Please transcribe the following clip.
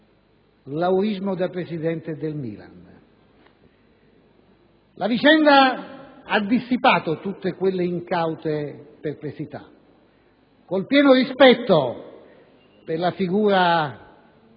"laurismo" da presidente del Milan. La vicenda ha dissipato tutte quelle incaute perplessità. Con il pieno rispetto per la figura